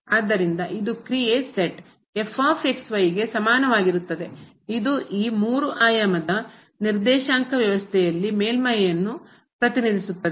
ಆದ್ದರಿಂದ ಇದು ಕ್ರಿಯೆ ಗೆ ಸಮಾನವಾಗಿರುತ್ತದೆ ಇದು ಈ 3 ಆಯಾಮದ ನಿರ್ದೇಶಾಂಕ ವ್ಯವಸ್ಥೆಯಲ್ಲಿ ಮೇಲ್ಮೈಯನ್ನು ಪ್ರತಿನಿಧಿಸುತ್ತದೆ